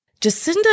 Jacinda